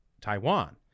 Taiwan